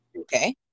Okay